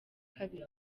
kabiri